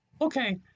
Okay